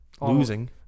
losing